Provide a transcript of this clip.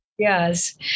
Yes